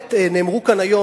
נאמרו כאן היום,